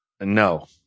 No